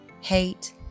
hate